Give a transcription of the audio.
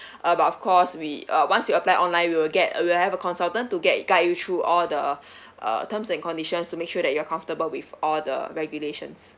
uh but of course we uh once you apply online we will get we will have a consultant to get guide you through all the uh terms and conditions to make sure that you're comfortable with all the regulations